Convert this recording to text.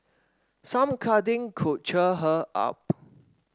some cuddling could cheer her up